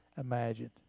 imagined